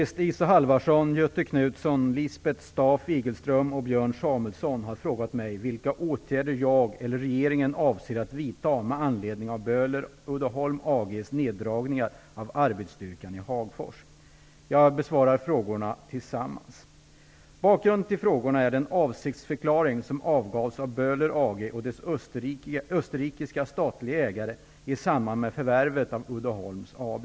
Samuelson har frågat mig vilka åtgärder jag eller regeringen avser att vidta med anledning av Böhler Hagfors. Jag besvarar frågorna tillsammans. Bakgrunden till frågorna är den avsiktsförklaring som avgavs av Böhler AG och dess österrikiska statliga ägare i samband med förvärvet av Uddeholms AB.